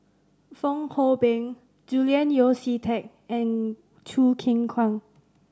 Fong Hoe Beng Julian Yeo See Teck and Choo Keng Kwang